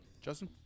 Justin